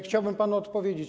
Chciałbym panu odpowiedzieć.